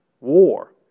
war